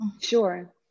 sure